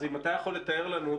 אז אם אתה יכול לתאר לנו.